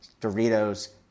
Doritos